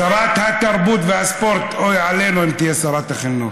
שרת התרבות והספורט, אוי לנו אם תהיה שרת החינוך.